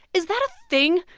is that a thing?